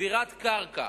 צבירת קרקע,